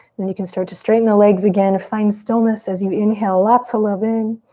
then you can start to straighten the legs again. find stillness as you inhale lots of love in.